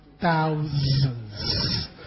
thousands